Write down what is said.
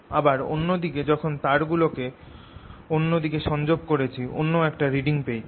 আবার অন্য দিকে যখন তার গুলো কে অন্য দিকে সংযোগ করেছি অন্য একটা রিডিং পেয়েছি